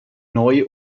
neu